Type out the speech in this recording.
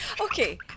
Okay